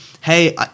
Hey